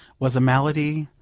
was a malady,